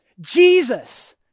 Jesus